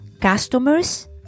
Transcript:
customers